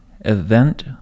event